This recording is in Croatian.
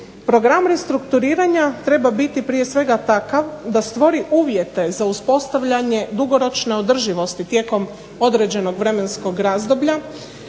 Program restrukturiranja treba biti prije svega takav da stvori uvjete za uspostavljanje dugoročne održivosti tijekom određenog vremenskog razdoblja,